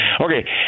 Okay